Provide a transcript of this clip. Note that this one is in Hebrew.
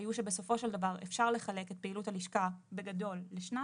היו שבסופו של דבר אפשר לחלק את פעילות הלשכה בגדול לשניים,